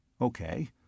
Okay